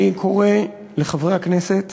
אני קורא לחברי הכנסת